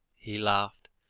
he laughed,